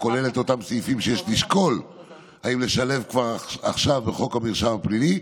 הכולל את אותם סעיפים שיש לשקול אם לשלב כבר עכשיו בחוק המרשם הפלילי,